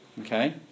Okay